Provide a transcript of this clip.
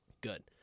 Good